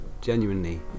genuinely